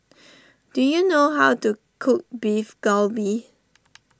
do you know how to cook Beef Galbi